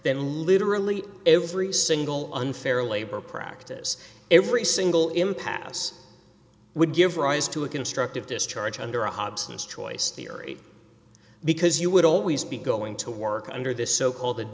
then literally every single unfair labor practice every single impasse would give rise to a constructive discharge under a hobson's choice theory because you would always be going to work under this so called the